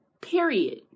Period